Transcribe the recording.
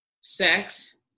sex